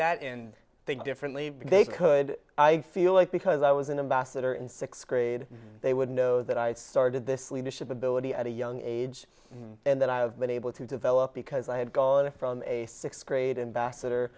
that and think differently but they could i feel like because i was an ambassador in sixth grade they would know that i started this leadership ability at a young age and that i have been able to develop because i had gone from a sixth grade and bassett or